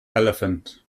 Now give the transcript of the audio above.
elephant